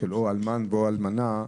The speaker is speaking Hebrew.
או אלמן או אלמנה,